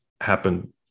happen